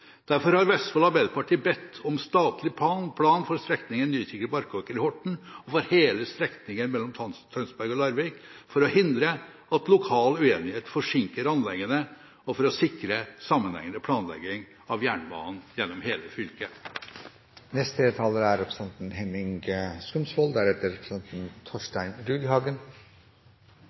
Derfor har Vestfold Arbeiderparti bedt om statlig plan for strekningen Nykirke–Barkåker, Horten, og for hele strekningen mellom Tønsberg og Larvik, for å hindre at lokal uenighet forsinker anleggene, og for å sikre sammenhengende planlegging av jernbanen gjennom hele fylket. Nasjonal transportplan 2014–2023 er